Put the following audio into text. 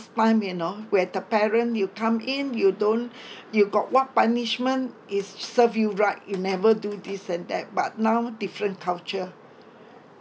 time you know where the parent you come in you don't you got what punishment is serve you right you never do this and that but now different culture